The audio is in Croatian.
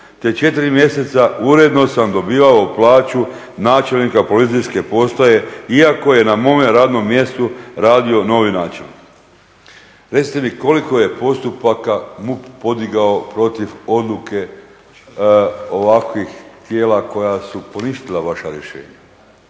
te 4 mjeseca uredno sam dobivao plaću načelnika policijske postaje iako je na mome radnom mjestu radio novi načelnik. Recite mi koliko je postupaka MUP podigao protiv odluke ovakvih tijela koja su poništila vaša rješenja?